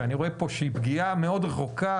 שאני רואה כאן שהיא פגיעה מאוד רחוקה